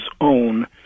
own